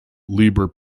liber